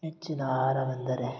ಮೆಚ್ಚಿನ ಆಹಾರವೆಂದರೆ